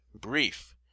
brief